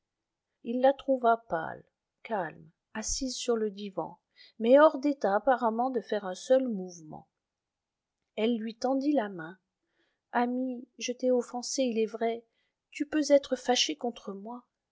il la trouva pâle calme assise sur le divan mais hors d'état apparemment de faire un seul mouvement elle lui tendit la main ami je t'ai offensé il est vrai tu peux être fâché contre moi